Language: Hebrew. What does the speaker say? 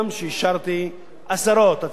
עשרות הצעות חוק של חברי אופוזיציה